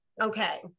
Okay